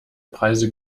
preise